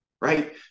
right